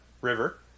River